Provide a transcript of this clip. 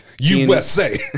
usa